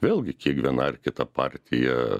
vėlgi kiek viena ar kita partija